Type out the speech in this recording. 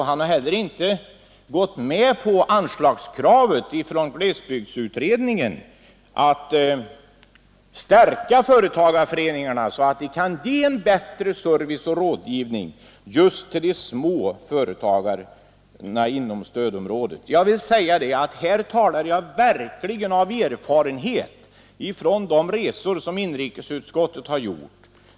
Han har heller inte gått med på anslagskravet från glesbygdsutredningen för att stärka företagarföreningarna så att de kan ge bättre service och rådgivning just till de små företagarna inom stödområdet. Här talar jag verkligen av erfarenhet från de resor som inrikesutskottet har gjort.